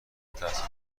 التحصیل